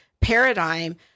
paradigm